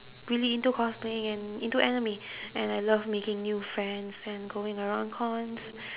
really into cosplaying and into anime and I love making new friends and going around cons